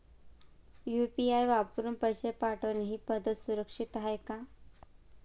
UPI वापरून पैसे पाठवणे ही पद्धत सुरक्षित आहे का?